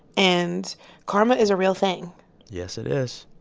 and karma is a real thing yes, it is.